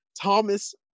Thomas